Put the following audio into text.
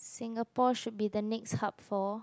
Singapore should be the next hub for